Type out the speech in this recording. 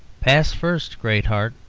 pass first, great heart,